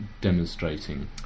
demonstrating